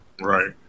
right